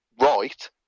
right